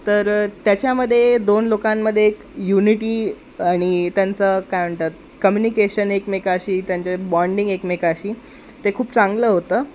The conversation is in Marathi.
तर त्याच्यामध्ये दोन लोकांमध्ये एक युनिटी आणि त्यांचं काय म्हणतात कम्युनिकेशन एकमेकांशी त्यांचे बाँडिंग एकमेकांशी ते खूप चांगलं होतं